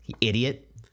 Idiot